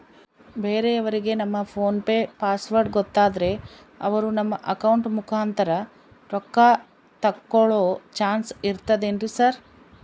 ಬೇರೆಯವರಿಗೆ ನಮ್ಮ PhonePe password ಗೊತ್ತಾದ್ರೆ ಅವರು ನಮ್ಮ ಅಕೌಂಟ್ ಮುಖಾಂತರ ರೊಕ್ಕ ತಕ್ಕೊಳ್ಳೋ ಚಾನ್ಸ್ ಇರ್ತದೆನ್ರಿ ಸರ್?